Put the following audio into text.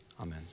Amen